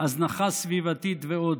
הזנחה סביבתית ועוד.